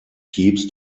keeps